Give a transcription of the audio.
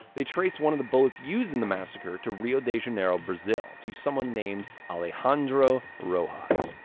they trace one of the bullets used in the massacre to rio de janeiro, brazil, to someone named alejandro rojas,